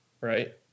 right